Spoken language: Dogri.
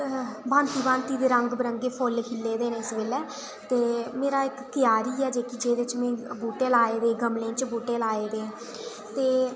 भांति भांति दे रंग बरंगे फुल्ल खिढ़े दे होने इस बेल्लै ते मेरा इक क्यारी ऐ जेह्दे च में बहूटे लाए दे